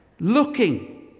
Looking